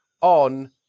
on